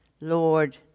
Lord